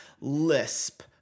Lisp